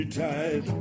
tight